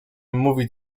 mówi